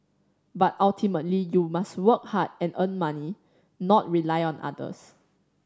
but ultimately you must work hard and earn money not rely on others